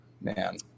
Man